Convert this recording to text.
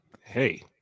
Hey